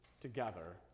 together